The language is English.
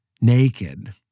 naked